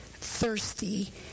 thirsty